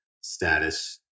status